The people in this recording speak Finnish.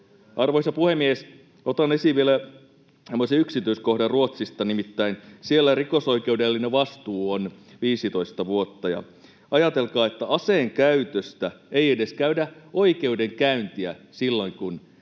Arvoisa puhemies! Otan vielä esiin yksityiskohdan Ruotsista, nimittäin siellä rikosoikeudellinen vastuu on 15 vuotta. Ajatelkaa, että aseen käytöstä ei edes käydä oikeudenkäyntiä silloin, kun